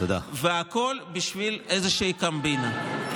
והכול בשביל איזושהי קומבינה.